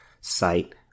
site